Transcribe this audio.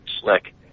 slick